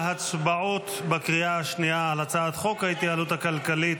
להצבעות בקריאה השנייה על הצעת חוק ההתייעלות הכלכלית